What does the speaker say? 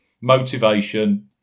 Motivation